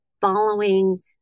following